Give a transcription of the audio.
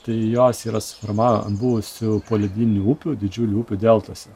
tai jos yra susiformavę ant buvusių poledyninių upių didžiulių upių deltose